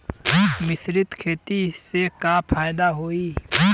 मिश्रित खेती से का फायदा होई?